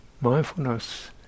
Mindfulness